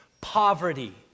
poverty